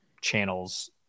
channels